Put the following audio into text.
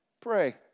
Pray